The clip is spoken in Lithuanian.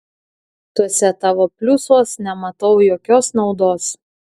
tuose tavo pliusuos nematau jokios naudos